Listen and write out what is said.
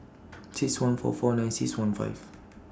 six one four four nine six one five